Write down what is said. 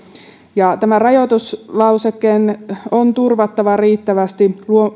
tämän rajoituslausekkeen on turvattava riittävästi